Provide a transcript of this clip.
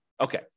Okay